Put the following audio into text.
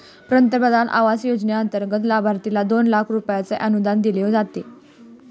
प्रधानमंत्री आवास योजनेंतर्गत लाभार्थ्यांना दोन लाख रुपयांचे अनुदान दिले जाते